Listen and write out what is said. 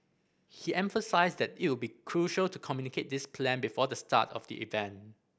he emphasised that it would be crucial to communicate this plan before the start of the event